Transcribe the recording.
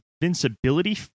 invincibility